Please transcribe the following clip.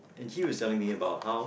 and he was telling me about how